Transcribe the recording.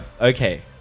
Okay